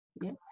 Yes